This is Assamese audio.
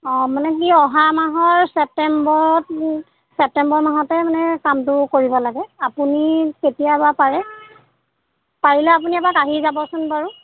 অঁ মানে হি অহা মাহৰ চেপ্তেম্বৰত মোৰ চেপ্তেম্বৰ মাহতে মানে কামটো কৰিব লাগে আপুনি কেতিয়া বা পাৰে পাৰিলে আপুনি এপাক আহি যাবচোন বাৰু